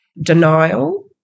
denial